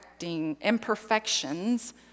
imperfections